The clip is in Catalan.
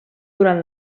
durant